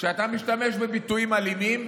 וכשאתה משתמש בביטויים אלימים,